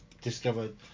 discovered